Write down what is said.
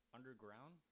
Underground